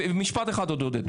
ומשפט אחד עוד, עודד.